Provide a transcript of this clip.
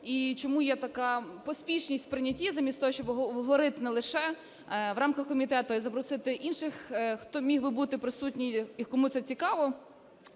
і чому є така поспішність у прийнятті, замість того, щоб говорити не лише в рамках комітету, а й запросити інших, хто міг би бути присутній і кому це цікаво.